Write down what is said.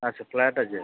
আচ্ছা ফ্ল্যাট আছে